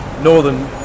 northern